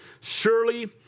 surely